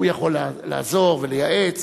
הוא יכול לעזור ולייעץ.